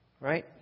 Right